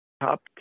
top